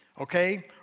okay